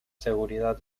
seguridad